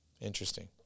Interesting